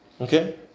okay